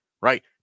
right